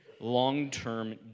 long-term